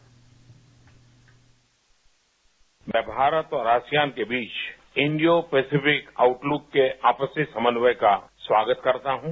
bite मैं भारत और ASEAN के बीच इंडियो पैसिफिक आउटलुक के आपसी समन्वाय का स्वाबगत करता हूं